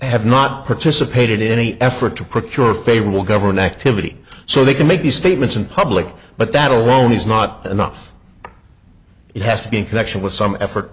have not participated in any effort to procure favorable government activity so they can make these statements in public but that alone is not enough it has to be in connection with some effort